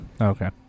Okay